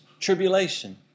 tribulation